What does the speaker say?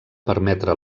permetre